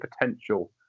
potential